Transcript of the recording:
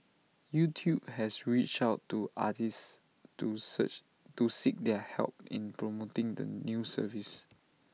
YouTube has reached out to artists to search to seek their help in promoting the new service